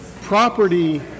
Property